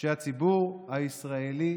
שהציבור הישראלי